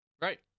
Right